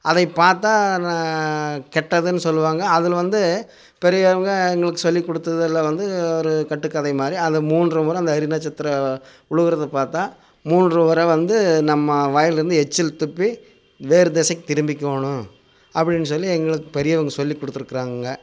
அதைப்பார்த்தா கெட்டதுன்னு சொல்வாங்க அதில் வந்து பெரியவங்க எங்களுக்கு சொல்லிக் கொடுத்ததுல வந்து ஒரு கட்டுக்கதை மாதிரி அதை மூன்று முறை அந்த எரிநட்சத்திரம் விழுகுறத பார்த்தா மூன்று முறை வந்து நம்ம வாய்லேருந்து எச்சில் துப்பி வேறு திசைக்கு திரும்பிக்கணும் அப்படின்னு சொல்லி எங்களுக்கு பெரியவங்க சொல்லிக் கொடுத்துருக்குறாங்கங்க